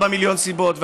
ו-44 מיליון סיבות,